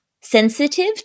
sensitive